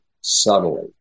subtly